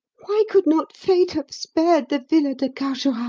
why could not fate have spared the villa de carjorac?